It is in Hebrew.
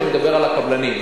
אני מדבר על הקבלנים.